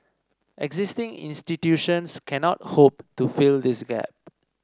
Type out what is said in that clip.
existing institutions cannot hope to fill this gap